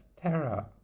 Terra